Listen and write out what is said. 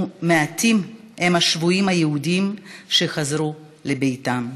ומעטים הם השבויים היהודים שחזרו לביתם.